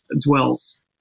dwells